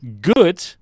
good